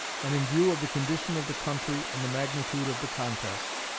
and in view of the condition of the country and the magnitude of the contest.